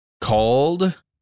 called